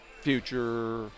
future